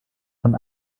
von